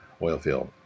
Oilfield